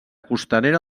costanera